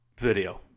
video